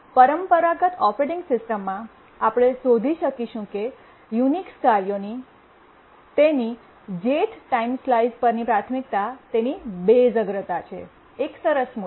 પરંપરાગત ઓપરેટિંગ સિસ્ટમમાં આપણે શોધી શકીશું કે યુનિક્સ કાર્યોની તેની jth ટાઇમ સ્લાઈસ પરની પ્રાથમિકતા તેની બેસ અગ્રતા છે એક સરસ મૂલ્ય